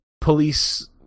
police